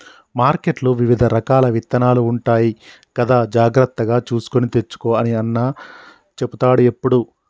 మార్కెట్లో వివిధ రకాల విత్తనాలు ఉంటాయి కదా జాగ్రత్తగా చూసుకొని తెచ్చుకో అని అన్న చెపుతాడు ఎప్పుడు